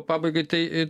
pabaigai tai